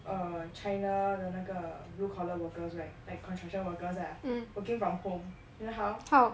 uh china 的那个 blue collar workers right like construction workers ah working from home you know how